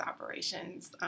operations